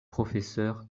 professeure